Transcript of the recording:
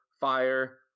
fire